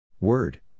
Word